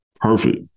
perfect